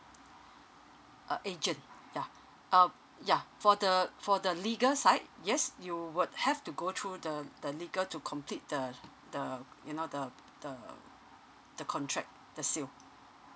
uh agent yeah uh yeah for the for the legal side yes you would have to go through the the legal to complete the the you know the p~ p~ the the contract that's seal